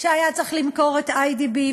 כשהיה צריך למכור את "איי.די.בי",